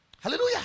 Hallelujah